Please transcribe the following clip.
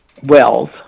wells